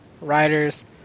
riders